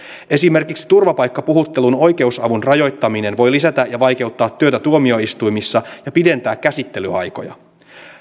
esimerkiksi turvapaikkapuhuttelun oikeusavun rajoittaminen voi lisätä ja vaikeuttaa työtä tuomioistuimissa ja pidentää käsittelyaikoja